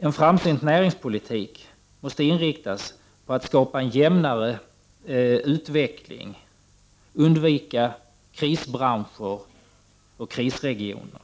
En framsynt näringspolitik måste inriktas på att skapa en jämnare utveckling och på att undvika krisbranscher och krisregioner.